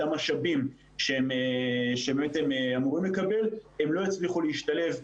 המשאבים שהם אמורים לקבל הם לא יצליחו להשתלב.